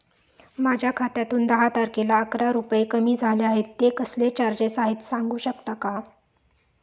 माझ्या खात्यातून दहा तारखेला अकरा रुपये कमी झाले आहेत ते कसले चार्जेस आहेत सांगू शकता का?